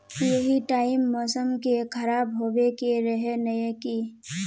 यही टाइम मौसम के खराब होबे के रहे नय की?